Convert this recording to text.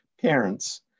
parents